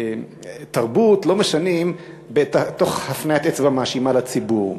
תרבות לא משנים תוך הפניית אצבע מאשימה לציבור.